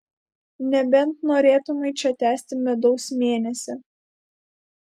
nebent norėtumei čia tęsti medaus mėnesį